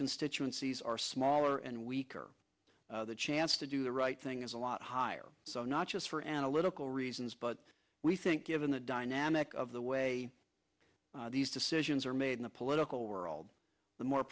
constituencies are smaller and weaker the chance to do the right thing is a lot higher so not just for analytical reasons but we think given the dynamic of the way these decisions are made in the political world the more